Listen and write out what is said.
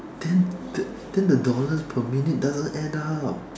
then then the dollars per minute doesn't add up